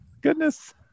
goodness